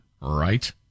right